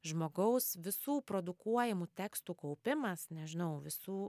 žmogaus visų produkuojamų tekstų kaupimas nežinau visų